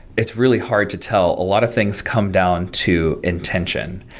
it's really hard to tell. a lot of things come down to intention.